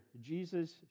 Jesus